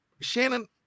Shannon